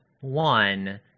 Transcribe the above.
one